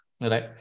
right